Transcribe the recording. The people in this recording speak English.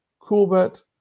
CoolBet